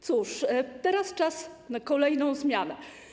Cóż, teraz czas na kolejną zmianę.